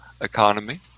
economy